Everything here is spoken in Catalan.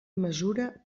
mesura